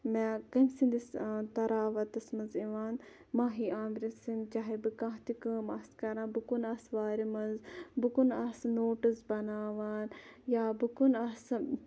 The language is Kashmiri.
مےٚ کٔمہِ سٕنٛدِس تَراوَتَس مَنٛز یِوان ماہی عامرٕ سٕنٛدۍ چاہے بہٕ کینٛہہ تہٕ کٲم آسہٕ کَران بہٕ کوٚنہٕ آسہٕ وارِ مَنٛز بہٕ کوٚنہٕ آسہٕ نوٹٕس بَناوان یا بہٕ کوٚنہٕ آسہٕ